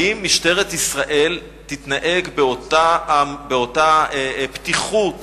האם משטרת ישראל תתנהג באותה פתיחות